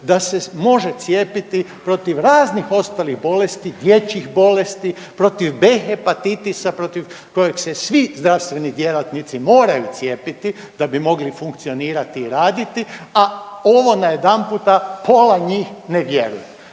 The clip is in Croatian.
da se može cijepiti protiv raznih ostalih bolesti, dječjih bolesti, protiv B hepatitisa protiv kojih se svi zdravstveni djelatnici moraju cijepiti da bi mogli funkcionirati i raditi, a ovo najedanputa pola njih ne vjeruje